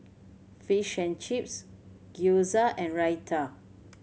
Fish and Chips Gyoza and Raita